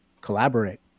collaborate